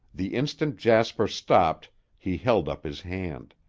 the instant jasper stopped he held up his hand.